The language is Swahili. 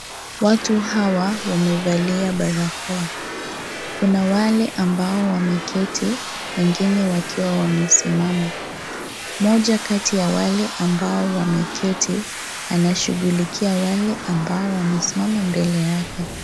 Watu hawa wamevalia barakoa. Kuna wale ambao wameketi , wengine wakiwa wamesimama. Moja kati ya wale ambao wameketi anashugulikia wale ambao wamesimama mbele yake.